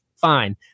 fine